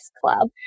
club